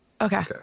Okay